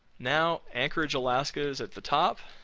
now anchorage alaska is at the top